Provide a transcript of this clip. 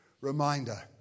reminder